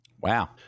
Wow